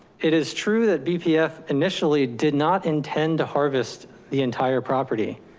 it is true that bpf initially did not intend to harvest the entire property.